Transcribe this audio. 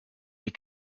les